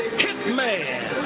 hitman